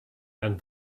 and